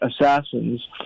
assassins